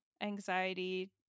anxiety